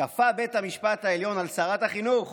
"כפה בית המשפט העליון על שרת החינוך